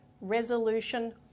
resolution